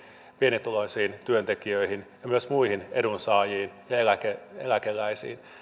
pienituloisiin työntekijöihin ja myös muihin edunsaajiin ja eläkeläisiin